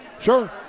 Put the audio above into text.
Sure